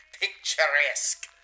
picturesque